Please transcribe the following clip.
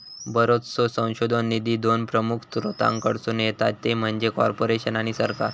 बरोचसो संशोधन निधी दोन प्रमुख स्त्रोतांकडसून येता ते म्हणजे कॉर्पोरेशन आणि सरकार